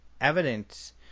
evidence